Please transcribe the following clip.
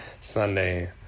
Sunday